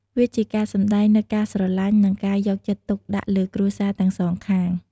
វាជាការសម្ដែងនូវការស្រឡាញ់ និងការយកចិត្តទុកដាក់លើគ្រួសារទាំងសងខាង។